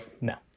No